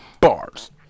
bars